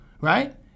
right